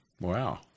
Wow